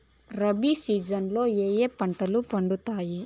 rabi season లో ఏ ఏ పంటలు పండుతాయి